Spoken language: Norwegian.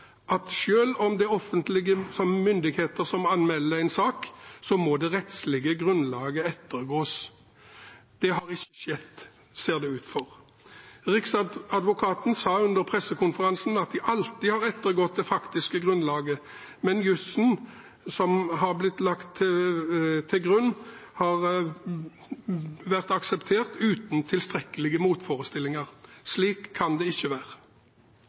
at selv om det er offentlige myndigheter som anmelder en sak, må det rettslige grunnlaget ettergås. Det har ikke skjedd, ser det ut for. Riksadvokaten sa under pressekonferansen at de alltid har ettergått det faktiske grunnlaget, men jussen som er blitt lagt til grunn, har vært akseptert uten tilstrekkelige motforestillinger. Slik kan det ikke være.